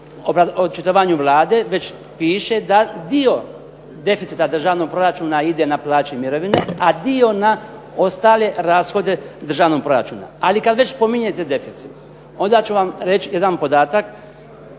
očitovanju Vlade, već piše da dio deficita državnog proračuna ide na plaće i mirovine, a dio na ostale rashode državnog proračuna. Ali kad već spominjete deficit, onda ću vam reći jedan podatak,